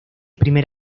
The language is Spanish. primer